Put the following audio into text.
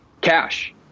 Cash